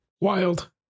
wild